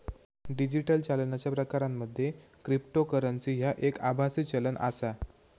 digital चालनाच्या प्रकारांमध्ये cryptocurrency ह्या एक आभासी चलन आसा